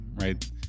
right